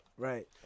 Right